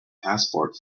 passport